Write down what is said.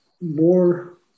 more